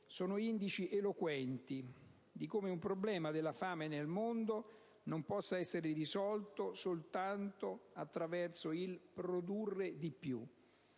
sono indici eloquenti di come il problema della fame nel mondo non possa essere risolto soltanto attraverso il produrre di più.